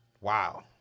wow